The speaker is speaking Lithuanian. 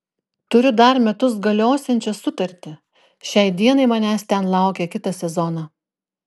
turiu dar metus galiosiančią sutartį šiai dienai manęs ten laukia kitą sezoną